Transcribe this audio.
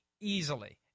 easily